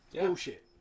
bullshit